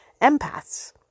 empaths